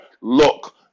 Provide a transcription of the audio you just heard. look